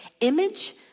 image